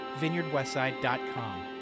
vineyardwestside.com